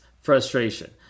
frustration